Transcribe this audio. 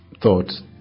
thoughts